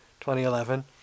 2011